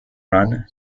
run